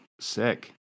Sick